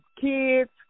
kids